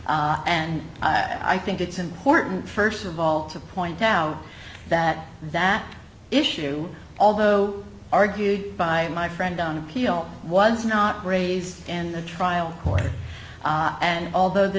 and i think it's important first of all to point out that that issue although argued by my friend on appeal was not raised in the trial court and although the